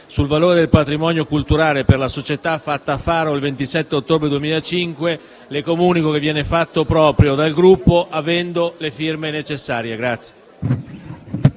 sul valore del patrimonio culturale per la società, fatta a Faro il 27 ottobre 2005», è fatto proprio dal Gruppo, avendo le firme necessarie. [DE